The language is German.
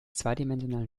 zweidimensionalen